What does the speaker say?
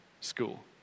school